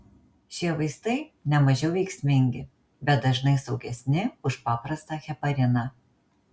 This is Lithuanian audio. šie vaistai nemažiau veiksmingi bet dažnai saugesni už paprastą hepariną